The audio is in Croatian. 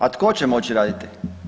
A tko će moći raditi?